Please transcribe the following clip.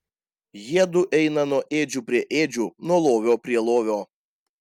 jiedu eina nuo ėdžių prie ėdžių nuo lovio prie lovio